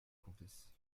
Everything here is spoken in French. comtesse